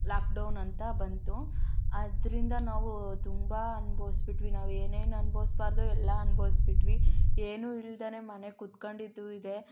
lockdown ಅಂತ ಬಂತು ಅದರಿಂದ ನಾವು ತುಂಬ ಅನ್ಭವಿಸ್ಬಿಟ್ವಿ ನಾವು ಏನೇನು ಅನ್ಭವಿಸ್ಬಾರ್ದೋ ಎಲ್ಲ ಅನ್ಭವಿಸ್ಬಿಟ್ವಿ ಏನು ಇಲ್ದೇ ಮನೆ ಕೂತ್ಕಂಡಿದ್ದೂ ಇದೆ